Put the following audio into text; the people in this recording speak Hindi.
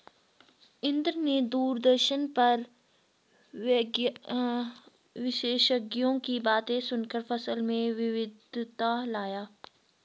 इंद्र ने दूरदर्शन पर विशेषज्ञों की बातें सुनकर फसल में विविधता लाया